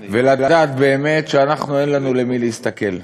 ולדעת, באמת, שאנחנו אין לנו מי להסתכל לעיניו.